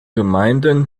gemeinden